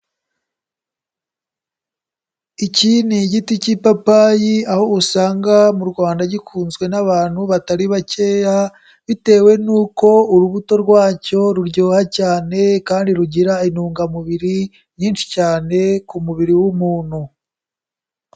Iki ni igiti cy'ipapayi aho usanga mu Rwanda gikunzwe n'abantu batari bakeya, bitewe n'uko urubuto rwacyo ruryoha cyane kandi rugira intungamubiri nyinshi cyane ku mubiri w'umuntu.